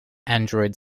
android